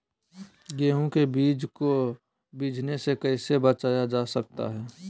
गेंहू के बीज को बिझने से कैसे बचाया जा सकता है?